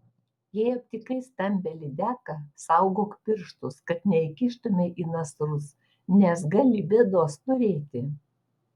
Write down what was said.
jei aptikai stambią lydeką saugok pirštus kad neįkištumei į nasrus nes gali bėdos turėti